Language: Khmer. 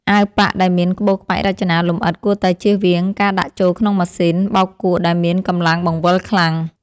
អាវប៉ាក់ដែលមានក្បូរក្បាច់រចនាលម្អិតគួរតែចៀសវាងការដាក់ចូលក្នុងម៉ាស៊ីនបោកគក់ដែលមានកម្លាំងបង្វិលខ្លាំង។